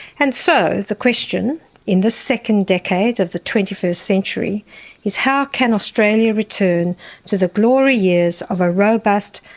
and so the question in the second decade of the twenty first century is how can australia return to the glory years of a robust,